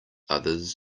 others